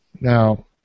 Now